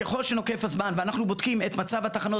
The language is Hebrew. ככל שנוקף הזמן ואנחנו בודקים את מצב התחנות